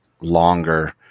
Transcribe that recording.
longer